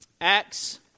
Acts